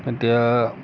এতিয়া